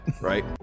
Right